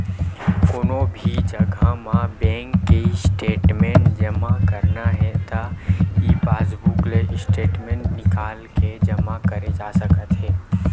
कोनो भी जघा म बेंक के स्टेटमेंट जमा करना हे त ई पासबूक ले स्टेटमेंट निकाल के जमा करे जा सकत हे